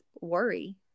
worry